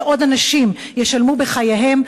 שעוד אנשים ישלמו בחייהם,